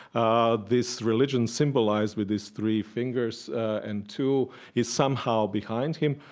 ah this religion symbolized with his three fingers and two is somehow behind him.